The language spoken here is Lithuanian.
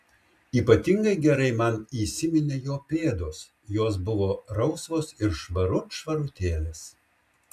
ypatingai gerai man įsiminė jo pėdos jos buvo rausvos ir švarut švarutėlės